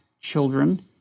children